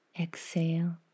Exhale